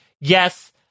yes